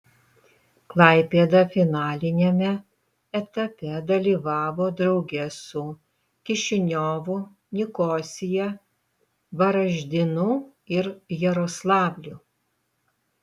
klaipėda finaliniame etape dalyvavo drauge su kišiniovu nikosija varaždinu ir jaroslavliu